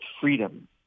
freedom